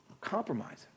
Compromising